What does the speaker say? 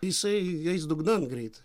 jisai eis dugnan greit